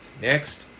next